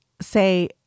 say